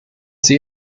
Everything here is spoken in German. sie